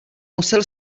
musel